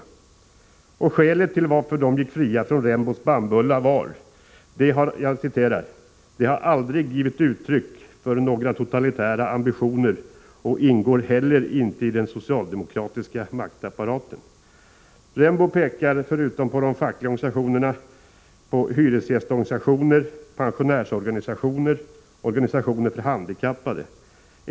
Och det här var skälet till att de gick fria från Sonja Rembos bannbulla: ”De har aldrig givit uttryck för några totalitära ambitioner och ingår inte heller i den socialdemokratiska maktapparaten.” Sonja Rembo pekar, förutom på de fackliga organisationerna, på hyresgästorganisationer, pensionärsorganisationer och organisationer för handikappade.